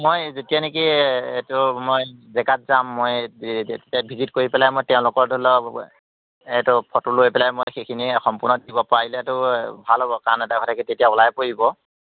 মই যেতিয়া নেকি এইটো মই জেগাত যাম মই তেতিয়া ভিজিট কৰি পেলাই মই তেওঁলোকৰ ধৰি লওক এইটো ফটো লৈ পেলাই মই সেইখিনি সম্পূৰ্ণ দিব পাৰিলেটো ভাল হ'ব কাৰণ এটা কি তেতিয়া ওলাই পৰিব